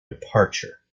departure